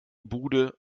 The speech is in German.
bude